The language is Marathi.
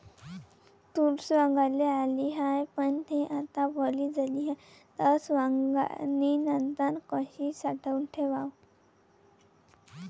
तूर सवंगाले आली हाये, पन थे आता वली झाली हाये, त सवंगनीनंतर कशी साठवून ठेवाव?